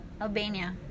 Albania